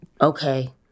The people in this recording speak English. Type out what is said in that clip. Okay